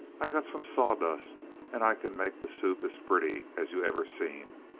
i got some sawdust and i can make the soup as pretty as you ever seen.